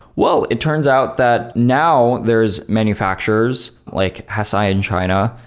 well, it turns out that now there's manufacturers, like hesai in china,